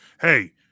hey